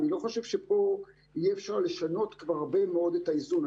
אני לא חושב שפה יהיה אפשר לשנות כבר הרבה מאוד את האיזון.